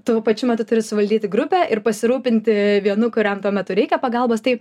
tuo pačiu metu turi suvaldyti grupę ir pasirūpinti vienu kuriam tuo metu reikia pagalbos tai